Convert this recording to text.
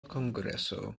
kongreso